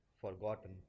forgotten